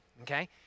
okay